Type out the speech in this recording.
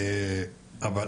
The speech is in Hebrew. אבל